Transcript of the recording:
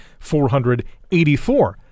484